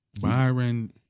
Byron